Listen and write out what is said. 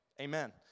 amen